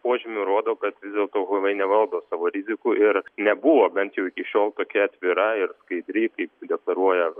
požymių rodo kad vis dėlto huavei nevaldo savo rizikų ir nebuvo bent jau iki šiol tokia atvira ir skaidri kaip deklaruoja